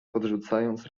podrzucając